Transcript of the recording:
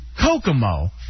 Kokomo